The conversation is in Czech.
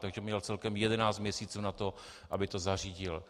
Takže měl celkem 11 měsíců na to, aby to zařídil.